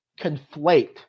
conflate